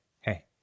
hey